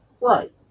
Right